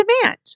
demand